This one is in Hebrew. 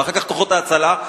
ואחר כך כוחות ההצלה,